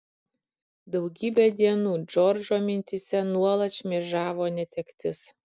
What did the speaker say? daugybę dienų džordžo mintyse nuolatos šmėžavo netektis